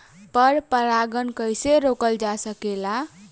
पर परागन कइसे रोकल जा सकेला?